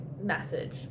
Message